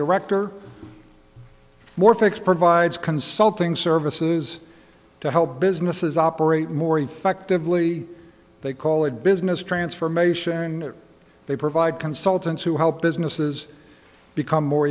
director more fix provides consulting services to help businesses operate more effectively they call it business transformation they provide consultants who help businesses become more